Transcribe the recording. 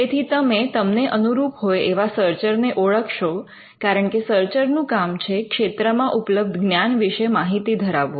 તેથી તમે તમને અનુરૂપ હોય એવા સર્ચર ને ઓળખશો કારણ કે સર્ચર નું કામ છે ક્ષેત્રમા ઉપલબ્ધ જ્ઞાન વિશે માહિતી ધરાવવું